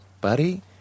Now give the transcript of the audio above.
buddy